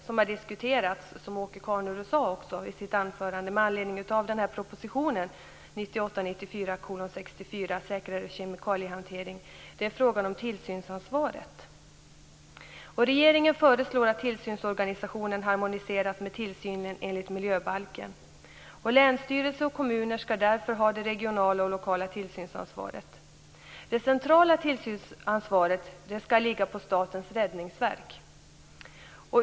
Som också påpekades i anförandet av Åke Carnerö är tillsynsansvaret en av de frågor som har diskuterats en del med anledning av propositionen Regeringen föreslår att tillsynsorganisationen harmoniseras med tillsynen enligt miljöbalken. Länsstyrelse och kommuner skall därför ha det regionala och lokala tillsynsansvaret. Det centrala tillsynsansvaret skall ligga på Statens räddningsverk.